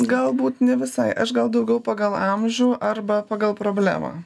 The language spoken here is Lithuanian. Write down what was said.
galbūt ne visai aš gal daugiau pagal amžių arba pagal problemą